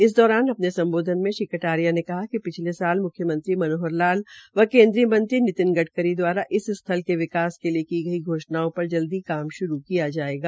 इस दौरान अपने सम्बोधन मे श्री कटारिया ने कहा कि पिछले साल मुख्यमंत्री मनोहर लाल व केन्द्रीय मंत्री नितिन गडकरी द्वारा इस स्थल के विकास के लिए घोषणाओं पर जल्दी काम श्रू किया जायेगा